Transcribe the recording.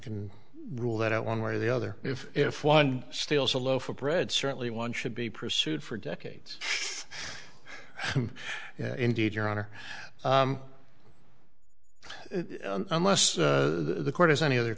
can rule that out one way or the other if if one steals a loaf of bread certainly one should be pursued for decades indeed your honor unless the court has any other